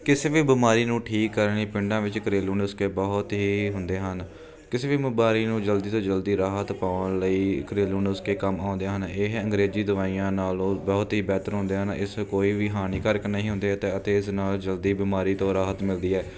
ਕਿਸੇ ਵੀ ਬਿਮਾਰੀ ਨੂੰ ਠੀਕ ਕਰਨ ਲਈ ਪਿੰਡਾਂ ਵਿੱਚ ਘਰੇਲੂ ਨੁਸਖੇ ਬਹੁਤ ਹੀ ਹੁੰਦੇ ਹਨ ਕਿਸੇ ਵੀ ਬਿਮਾਰੀ ਨੂੰ ਜਲਦੀ ਤੋਂ ਜਲਦੀ ਰਾਹਤ ਪਾਉਣ ਲਈ ਘਰੇਲੂ ਨੁਸਖੇ ਕੰਮ ਆਉਂਦੇ ਹਨ ਇਹ ਹੈ ਅੰਗਰੇਜ਼ੀ ਦਵਾਈਆਂ ਨਾਲੋਂ ਬਹੁਤ ਹੀ ਬਿਹਤਰ ਹੁੰਦੇ ਹਨ ਇਸ ਕੋਈ ਵੀ ਹਾਨੀਕਾਰਕ ਨਹੀਂ ਹੁੰਦੇ ਅਤੇ ਅਤੇ ਇਸ ਨਾਲ ਜਲਦੀ ਬਿਮਾਰੀ ਤੋਂ ਰਾਹਤ ਮਿਲਦੀ ਹੈ